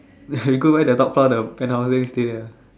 we go buy the top floor the penthouse then we stay there ah